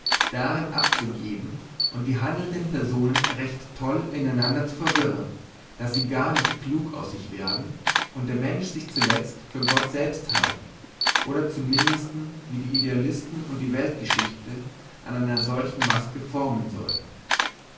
darin abzugeben und die handelnden personen recht toll in einander zu verwirren daß sie gar nicht klug aus sich werden und der mensch sich zulezt für gott selbst halten oder zum mindesten wie die idealisten und die weltgeschichte an einer solchen maske formen soll